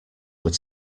were